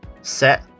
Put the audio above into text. set